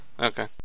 okay